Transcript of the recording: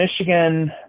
Michigan